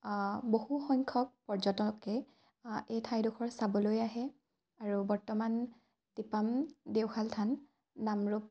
বহু সংখ্যক পৰ্যটকে এই ঠাইডোখৰ চাবলৈ আহে আৰু বৰ্তমান টিপাম দেওশাল থান নামৰূপ